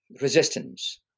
resistance